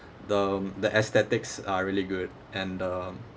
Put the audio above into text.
the the aesthetics are really good and um